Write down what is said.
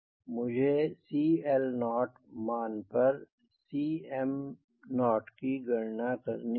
मुझे CL0 मान परCm0 की गणना करनी होगी